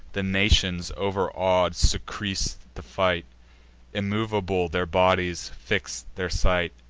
the nations, overaw'd, surcease the fight immovable their bodies, fix'd their sight.